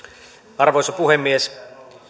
arvoisa puhemies